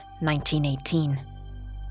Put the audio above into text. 1918